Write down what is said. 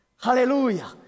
Hallelujah